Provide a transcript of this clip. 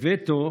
לווטו